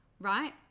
right